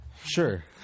Sure